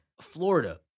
Florida